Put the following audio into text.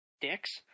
dicks